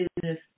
business